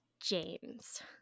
James